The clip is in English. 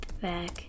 back